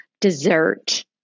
dessert